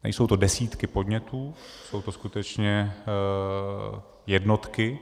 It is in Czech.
Nejsou to desítky podnětů, jsou to skutečně jednotky.